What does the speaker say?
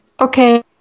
Okay